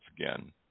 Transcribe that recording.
again